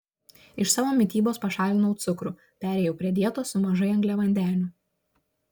iš savo mitybos pašalinau cukrų perėjau prie dietos su mažai angliavandenių